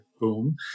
boom